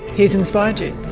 he has inspired you?